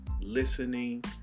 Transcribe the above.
listening